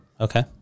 Okay